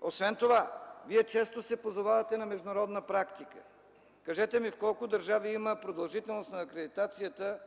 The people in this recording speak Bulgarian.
Освен това, Вие често се позовавате на международна практика. Кажете ми в колко държави има продължителност на акредитацията